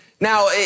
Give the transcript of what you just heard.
Now